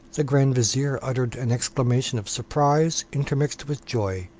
the grand vizier, uttered an exclamation of surprise, intermixed with joy,